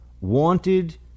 Wanted